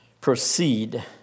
proceed